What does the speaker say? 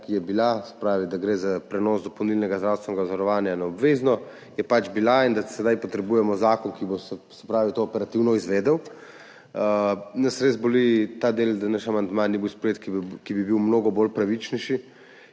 ki je bila, se pravi, da gre za prenos dopolnilnega zdravstvenega zavarovanja na obvezno, je bila in da sedaj potrebujemo zakon, ki bo to operativno izvedel. Nas res boli ta del, da naš amandma ni bil sprejet, ki bi bil mnogo pravičnejši,